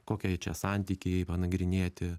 kokie čia santykiai panagrinėti